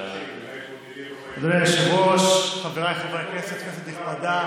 אדוני היושב-ראש, חבריי חברי הכנסת, כנסת נכבדה,